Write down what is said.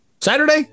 Saturday